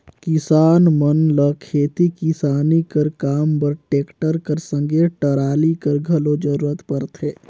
किसान मन ल खेती किसानी कर काम बर टेक्टर कर संघे टराली कर घलो जरूरत परथे